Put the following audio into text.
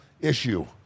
issue